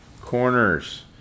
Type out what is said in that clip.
Corners